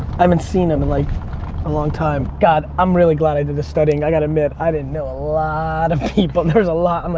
i haven't seen him in like a long time. god, i'm really glad i did this studying. i gotta admit, i didn't know a lot of people. there's a lot, and like